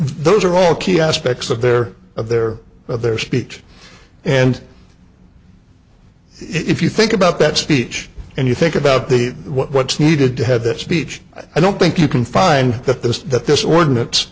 those are all key aspects of their of their but their speech and if you think about that speech and you think about the what's needed to have that speech i don't think you can find that this